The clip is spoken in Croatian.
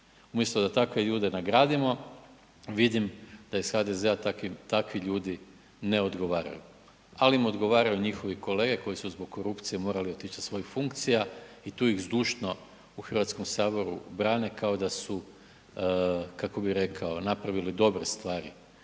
Umjesto da takve ljude nagradimo, vidim da iz HDZ-a takvi ljudi ne odgovaraju, ali im odgovaraju njihovi kolege koji su zbog korupcije morali otići sa svojih funkcija i tu ih zdušno u Hrvatskom saboru brane kao da su napravili dobre stvari,